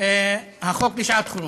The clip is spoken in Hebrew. החוק לשעת-חירום,